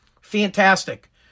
fantastic